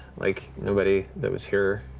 like, nobody that was here.